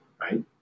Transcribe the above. right